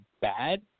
bad